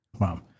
Wow